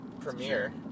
premiere